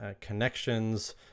connections